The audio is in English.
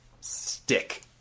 stick